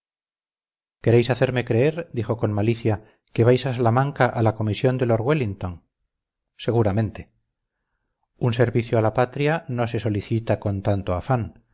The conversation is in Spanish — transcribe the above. querréis hacerme creer dijo con malicia que vais a salamanca a la comisión de lord wellington seguramente un servicio a la patria no se solicita con tanto afán